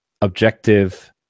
objective